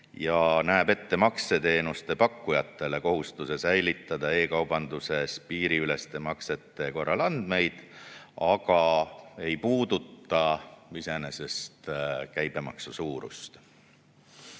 ja näeb ette makseteenuste pakkujatele kohustuse säilitada e-kaubanduses piiriüleste maksete korral andmeid, aga ei puuduta käibemaksu suurust.